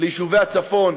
ליישובי הצפון,